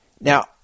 Now